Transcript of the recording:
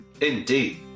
Indeed